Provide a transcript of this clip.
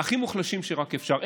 הכי מוחלשים שרק אפשר.